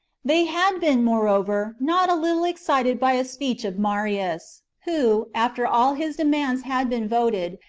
they had been, moreover, not a little excited by a speech of marius who, after all his demands had been voted,